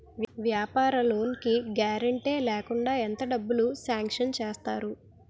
వ్యాపార లోన్ కి గారంటే లేకుండా ఎంత డబ్బులు సాంక్షన్ చేస్తారు?